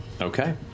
Okay